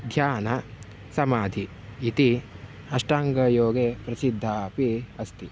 ध्यान समाधयः इति अष्टाङ्गयोगे प्रसिद्धाः अपि अस्ति